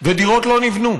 ודירות לא נבנו.